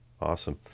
Awesome